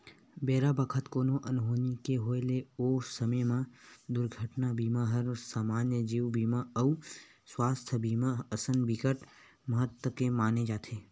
बेरा बखत कोनो अनहोनी के होय ले ओ समे म दुरघटना बीमा हर समान्य जीवन बीमा अउ सुवास्थ बीमा असन बिकट महत्ता के माने जाथे